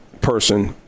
person